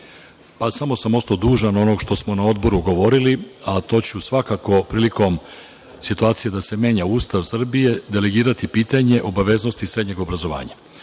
Samo sam ostao dužan ono što smo na Odboru govorili, a to ću svakako prilikom u situaciji da se menja Ustav Srbije, delegirati pitanje obaveznosti srednjeg obrazovanja.